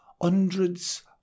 hundreds